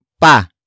pa